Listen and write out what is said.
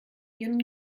ihnen